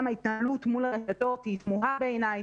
ההתנהלות מול הרשויות היא תמוהה בעיניי.